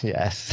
Yes